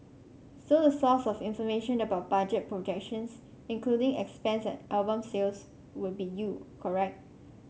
so the source of information about budget projections including expense and album sales would be you correct